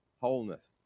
wholeness